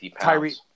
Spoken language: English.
Tyree